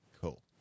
Cool